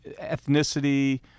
ethnicity